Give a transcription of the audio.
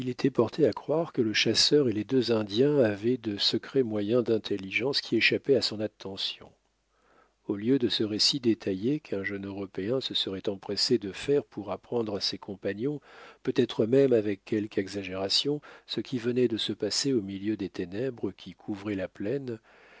porté à croire que le chasseur et les deux indiens avaient de secrets moyens d'intelligence qui échappaient à son attention au lieu de ce récit détaillé qu'un jeune européen se serait empressé de faire pour apprendre à ses compagnons peut-être même avec quelque exagération ce qui venait de se passer au milieu des ténèbres qui couvraient la plaine